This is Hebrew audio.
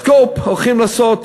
סקופ: הולכים לעשות,